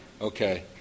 Okay